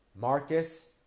Marcus